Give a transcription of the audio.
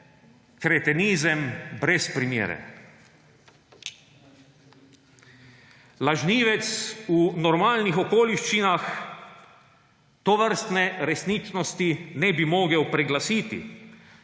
kretenizem brez primere.